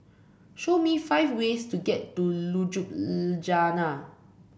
show me five ways to get to Ljubljana